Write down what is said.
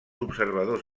observadors